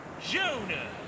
Jonah